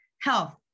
health